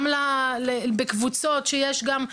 גם בקבוצות שיש גם.